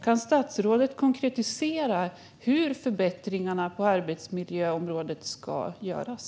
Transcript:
Kan statsrådet konkretisera hur förbättringarna på arbetsmiljöområdet ska göras?